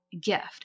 gift